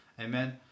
Amen